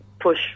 push